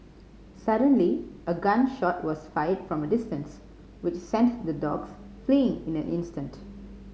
suddenly a gun shot was fired from a distance which sent the dogs fleeing in an instant